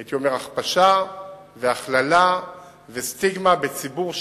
הייתי אומר הכפשה והכללה וסטיגמה בציבור שלם,